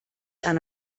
han